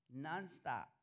nonstop